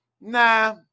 nah